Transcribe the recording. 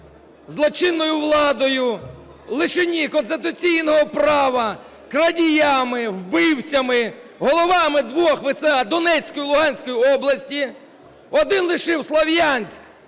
злочинною владою, лишені конституційного права крадіями, вбивцями, головами двох ВЦА Донецької і Луганської областей. Один лишив Слов'янськ